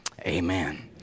amen